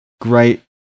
great